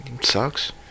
Sucks